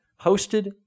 hosted